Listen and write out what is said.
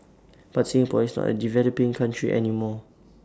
but Singapore is not A developing country any more